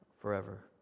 forever